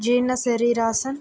జీర్ణ శరీరాసన్